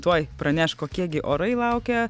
tuoj praneš kokie gi orai laukia